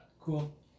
Cool